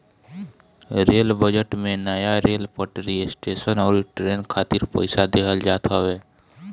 rail budget में नया rail पटरी, स्टेशन अउरी ट्रेन खातिर पईसा देहल जात हवे